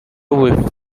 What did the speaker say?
with